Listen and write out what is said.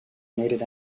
needed